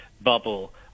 bubble